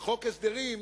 בחוק הסדרים,